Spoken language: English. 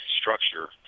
structure